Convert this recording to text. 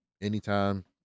Anytime